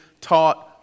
taught